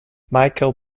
michael